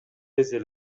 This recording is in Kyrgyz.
эле